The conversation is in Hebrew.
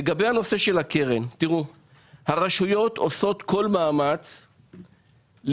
לגבי הנושא של הקרן: הרשויות עושות כל מאמץ להתייעל.